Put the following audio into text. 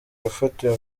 yafatiwe